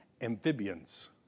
amphibians